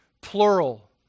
plural